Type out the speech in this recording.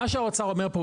מה שהאוצר אומר פה,